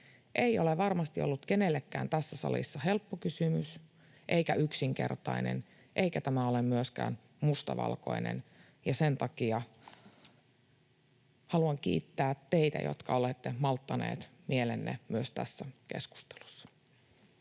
ei ole varmasti ollut kenellekään tässä salissa helppo kysymys eikä yksinkertainen, eikä tämä ole myöskään mustavalkoinen, ja sen takia haluan kiittää teitä, jotka olette malttaneet mielenne myös tässä keskustelussa.